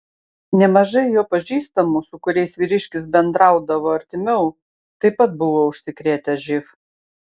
nemažai jo pažįstamų su kuriais vyriškis bendraudavo artimiau taip pat buvo užsikrėtę živ